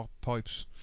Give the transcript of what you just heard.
pipes